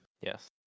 Yes